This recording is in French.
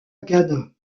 ghana